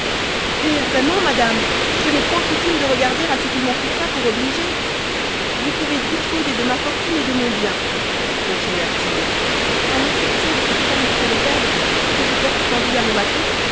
eh vraiment madame je n'ai point coutume de regarder a ce qu'il m'en coûtera pour obliger vous pouvez disposer de ma fortune et de mon bien continua-t-il il l'exception de ces trois litrons de fèves que je porte pendus à mon bâton